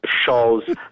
shows